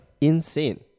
insane